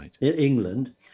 England